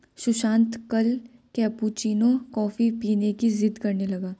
सुशांत कल cappuccino coffee पीने की जिद्द करने लगा